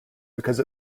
because